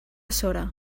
sora